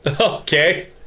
Okay